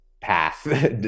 path